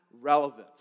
relevance